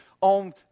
on